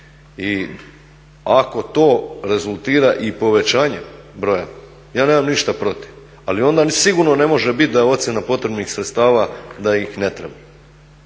I ako to rezultira i povećanjem broj, ja nemam ništa protiv ali onda ni sigurno ne može biti da je ocjena potrebnih sredstava da ih ne treba.